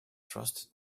trusted